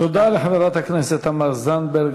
תודה לחברת הכנסת תמר זנדברג.